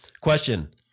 Question